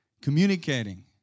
communicating